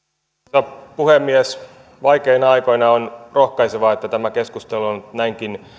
arvoisa puhemies vaikeina aikoina on rohkaisevaa että tämä keskustelu on näinkin